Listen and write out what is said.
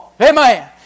Amen